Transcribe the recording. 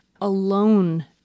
alone